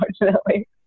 unfortunately